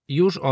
już